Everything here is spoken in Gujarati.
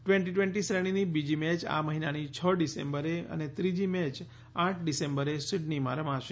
ટ઼વેન્ટી ટ઼વેન્ટી શ્રેણીની બીજી મેય આ મહિનાની છ ડિસેમ્બરે અને ત્રીજી મેય આઠ ડિસેમ્બરે સિડનીમાં રમાશે